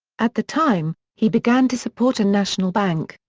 at the time, he began to support a national bank,